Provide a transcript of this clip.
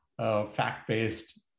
fact-based